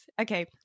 Okay